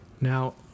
Now